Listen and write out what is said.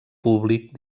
públic